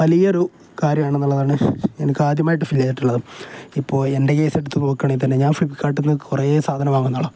വലിയ ഒരു കാര്യമാണ് എന്നുള്ളതാണ് എനക്ക് ആദ്യമായിട്ട് ഫീൽ ചെയതിട്ടുള്ളതും ഇപ്പോൾ എൻ്റെ കേസ് എടുത്തു നോക്കുകയാണേങ്കിൽ തന്നെ ഞാൻ ഫലിപ്പ്കാർട്ടിൽ നിന്ന് കുറേ സാധനം വാങ്ങുന്ന ആളാണ്